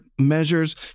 measures